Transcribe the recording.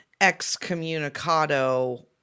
excommunicado